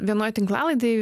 vienoj tinklalaidėj